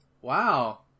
Wow